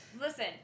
Listen